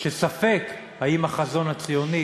שספק אם החזון הציוני